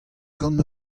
gant